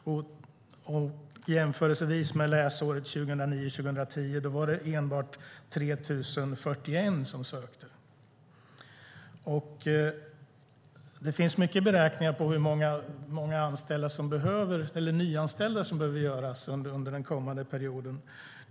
Detta kan jämföras med läsåret 2009/10 då endast 3 041 sökte. Det finns beräkningar på hur många nyanställningar som behöver göras under åren framöver.